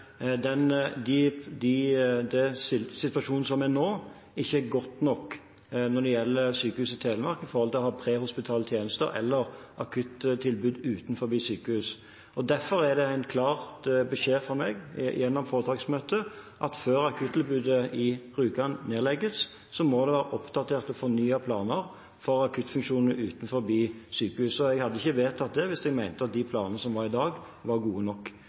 den situasjonen som er nå, ikke er god nok når det gjelder Sykehuset Telemark og det å ha prehospitale tjenester eller akuttilbud utenfor sykehus. Derfor er det en klar beskjed fra meg – gjennom foretaksmøtet – at før akuttilbudet på Rjukan nedlegges, må det være oppdaterte og fornyede planer for akuttfunksjonene utenfor sykehuset. Jeg hadde ikke vedtatt det hvis jeg mente at de planene som er i dag, er gode nok.